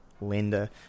Linda